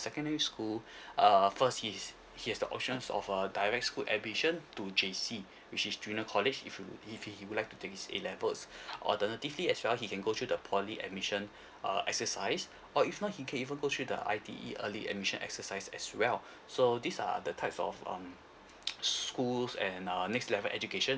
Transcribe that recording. secondary school uh first his has the options of a direct school admission to J_C which is junior college if you if he he would like to take his A levels alternatively as well he can go to the poly admission uh exercise or if not he can even go through the I_T_E early admission exercise as well so these are the types of um schools and uh next level education